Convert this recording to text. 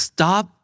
Stop